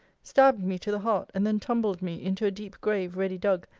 stabbed me to the heart, and then tumbled me into a deep grave ready dug,